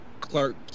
Clark